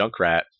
Junkrat